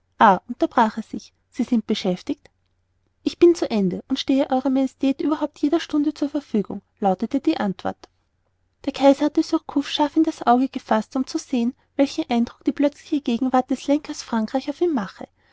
unterbrach er sich sie sind beschäftigt ich bin zu ende und stehe ew majestät überhaupt zu jeder stunde zur verfügung lautete die antwort der kaiser hatte surcouf scharf in das auge gefaßt um zu sehen welchen eindruck die plötzliche gegenwart des lenkers frankreich's auf ihn mache